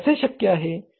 हे कसे शक्य आहे